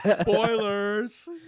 Spoilers